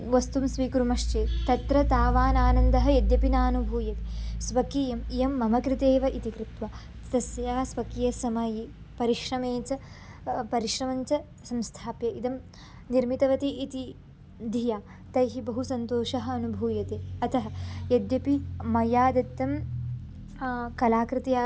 वस्तुं स्वीकुर्मश्चेत् तत्र तावान् आनन्दः यद्यपि न अनुभूये स्वकीया इयं मम कृतिः एव इति कृत्वा तस्याः स्वकीयसमये परिश्रमे च परिश्रमं च संस्थाप्य इदं निर्मितवती इति धिया तैः बहु सन्तोषः अनुभूयते अतः यद्यपि मया दत्तं कलाकृतिः